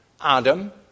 Adam